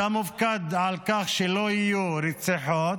אתה מופקד על כך שלא יהיו רציחות,